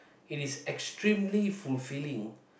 it is extremely fulfilling